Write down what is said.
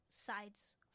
sides